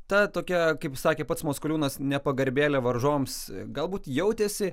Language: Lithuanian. ta tokia kaip sakė pats maskoliūnas nepagarbėlė varžovams galbūt jautėsi